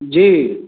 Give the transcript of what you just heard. जी